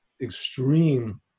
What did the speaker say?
extreme